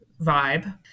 vibe